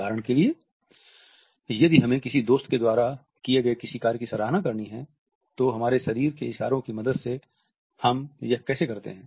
उदाहरण के लिए यदि हमें किसी दोस्त के द्वारा किये गए किसी कार्य की सराहना करनी है तो हमारे शरीर के इशारों की मदद से हम यह कैसे करते हैं